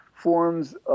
forms